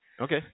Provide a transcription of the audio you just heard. Okay